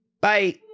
Bye